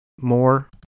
more